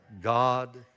God